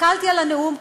הסתכלתי על הנאום,